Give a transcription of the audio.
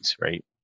right